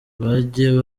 bajye